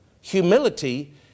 Humility